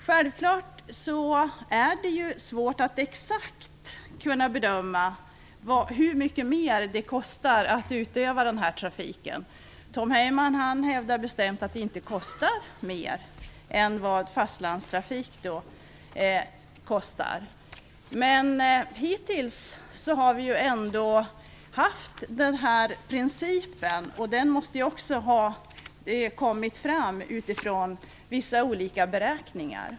Självfallet är det svårt att exakt bedöma hur mycket mer det kostar att utöva den här trafiken. Tom Heyman hävdar bestämt att det inte kostar mer än fastlandstrafiken. Men hittills har vi ju ändå använt oss av den här principen, och den måste ju ha tagits fram mot bakgrund av olika beräkningar.